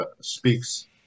speaks